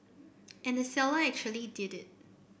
and the seller actually did